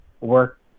work